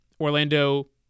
Orlando